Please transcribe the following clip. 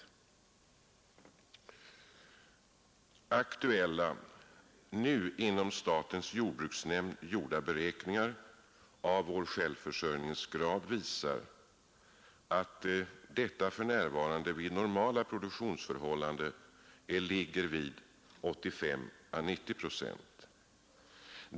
Aktuella och inom statens jordbruksnämnd gjorda beräkningar av vår självförsörjningsgrad visar, att denna för närvarande vid normala produktionsförhållanden ligger vid 85—90 procent.